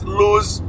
lose